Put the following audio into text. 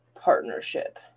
partnership